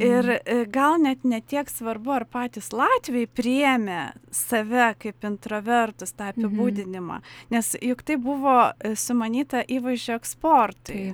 ir gal net ne tiek svarbu ar patys latviai priėmė save kaip intravertus tą apibūdinimą nes juk tai buvo sumanyta įvaizdžio eksportui